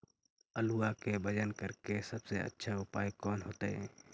आलुआ के वजन करेके सबसे अच्छा उपाय कौन होतई?